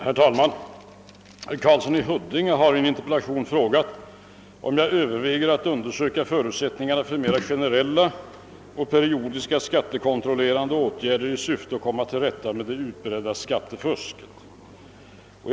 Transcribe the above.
Herr talman! Herr Karlsson i Huddinge har i en interpellation frågat mig om jag överväger att undersöka förutsättningarna för mera generella och periodiska skattekontrollerande åtgärder i syfte att komma till rätta med det utbredda skattefusket.